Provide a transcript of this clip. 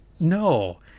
No